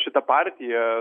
šita partija